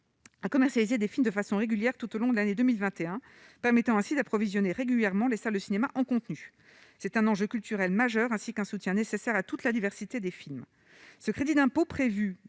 à commercialiser des films de façon régulière tout au long de l'année 2021, permettant ainsi d'approvisionner régulièrement les salles de cinéma en contenu, c'est un enjeu culturel majeur, ainsi qu'un soutien nécessaire à toute la diversité des films ce crédit d'impôt prévues